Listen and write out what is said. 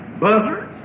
Buzzards